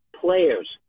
players